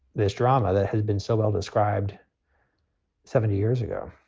this drama that has been so well described seventy years ago,